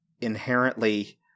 inherently